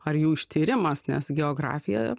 ar jų ištyrimas nes geografija